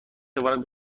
تواند